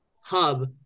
hub